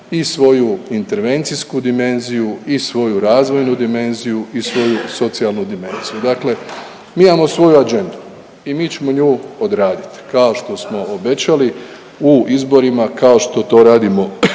i svoju intervencijsku dimenziju i svoju razvojnu dimenziju i svoju socijalnu dimenziju. Dakle, mi imamo svoju agendu i mi ćemo nju odraditi, kao što smo obećali u izborima, kao što to radimo kroz